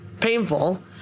painful